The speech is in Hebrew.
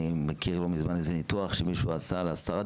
שמעתי לא מזמן על איזה ניתוח שמישהו עשה להסרת